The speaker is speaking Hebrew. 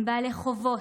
הם בעלי חובות,